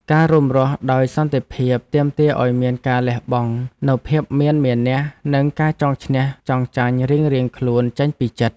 ការរួមរស់ដោយសន្តិភាពទាមទារឱ្យមានការលះបង់នូវភាពមានមានះនិងការចង់ឈ្នះចង់ចាញ់រៀងៗខ្លួនចេញពីចិត្ត។